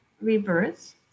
rebirth